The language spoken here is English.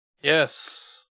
Yes